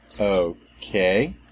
Okay